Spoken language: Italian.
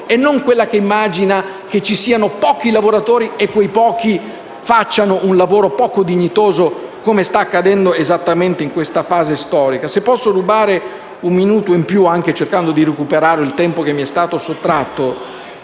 non quella che immagina che ci siano pochi lavoratori che facciano un lavoro poco dignitoso, come sta accadendo esattamente in questa fase storica. Se posso rubare un minuto in più, anche cercando di recuperare il tempo che mi è stato sottratto,